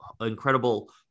incredible